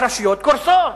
הוא שהרשויות קורסות.